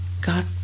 God